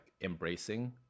embracing